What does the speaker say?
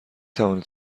توانید